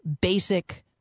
basic